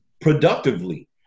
productively